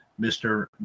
Mr